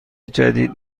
جدید